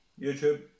YouTube